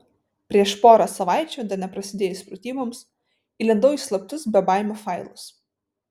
prieš porą savaičių dar neprasidėjus pratyboms įlindau į slaptus bebaimių failus